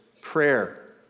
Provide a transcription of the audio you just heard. prayer